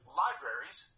libraries